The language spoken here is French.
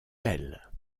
elle